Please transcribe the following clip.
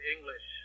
English